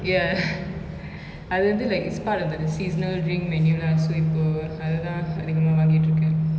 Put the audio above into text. ya அது வந்து:athu vanthu like it's part of the seasonal drink menu lah so இப்போ அதுதா அதிகமா வாங்கிட்டு இருக்கன்:ippo athuthaa athikamaa vaangittu irukan